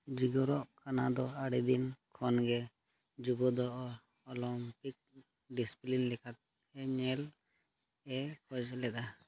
ᱡᱤᱜᱳᱨᱚᱜ ᱚᱱᱟᱫᱚ ᱟᱹᱰᱤ ᱫᱤᱱ ᱠᱷᱚᱱ ᱜᱮ ᱡᱩᱵᱚ ᱫᱚ ᱚᱞᱤᱢᱯᱤᱠ ᱰᱤᱥᱤᱯᱞᱤᱱ ᱞᱮᱠᱟᱛᱮ ᱧᱮᱞ ᱮ ᱠᱷᱚᱡᱽ ᱞᱮᱫᱟ